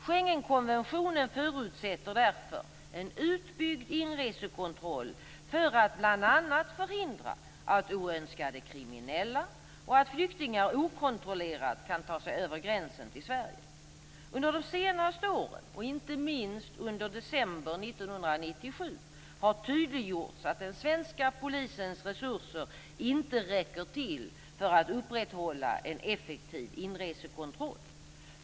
Schengenkonventionen förutsätter därför en utbyggd inresekontroll för att bl.a. förhindra att oönskade kriminella eller flyktingar okontrollerat kan ta sig över gränsen till Sverige. Under de senaste åren, inte minst under december 1997, har tydliggjorts att den svenska polisens resurser inte räcker till för att upprätthålla en effektiv inresekontroll.